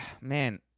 Man